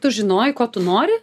tu žinojai ko tu nori